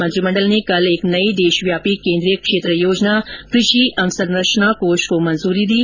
मंत्रिमंडल ने कल एक नई देशव्यापी केन्द्रीय क्षेत्र योजना कृषि अवसंरचना कोष को मंजूरी दी